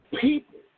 people